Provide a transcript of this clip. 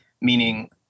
meaning